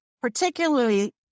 particularly